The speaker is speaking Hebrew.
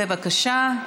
בבקשה.